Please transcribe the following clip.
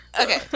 Okay